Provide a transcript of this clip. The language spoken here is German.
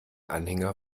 anhänger